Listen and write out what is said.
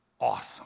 awesome